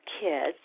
kids